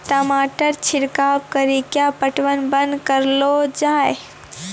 टमाटर छिड़काव कड़ी क्या पटवन बंद करऽ लो जाए?